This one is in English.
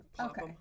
okay